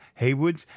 Haywoods